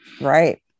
Right